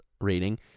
rating